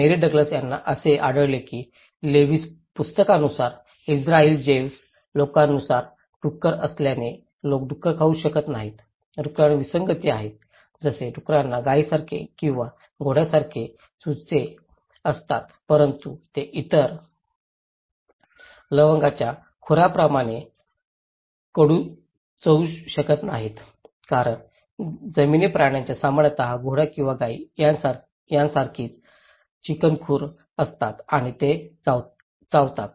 मेरी Douglas यांना असे आढळले की लेवीय पुस्तकानुसार इस्रायली जेव्हस लोकांनुसार डुक्कर असल्याने लोक डुक्कर खाऊ शकत नाहीत डुकरांना विसंगती आहेत जसे डुकरांना गायीसारखे किंवा घोडासारखे चूचे असतात परंतु ते इतर लवंगाच्या खुरांप्रमाणेच कडू चवू शकत नाहीत कारण जमीनी प्राण्यांना सामान्यतः घोडा किंवा गाई सारखीच चिकण खुर असतात आणि ते चावतात